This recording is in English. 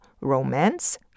romance